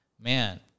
man